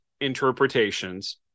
interpretations